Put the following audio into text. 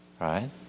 Right